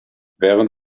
während